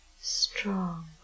strong